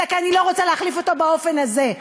אלא כי אני לא רוצה להחליף אותו באופן הזה.